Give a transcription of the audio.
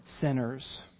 sinners